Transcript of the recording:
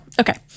Okay